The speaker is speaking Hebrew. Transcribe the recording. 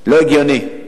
לא הגיוני.